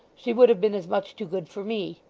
she would have been as much too good for me.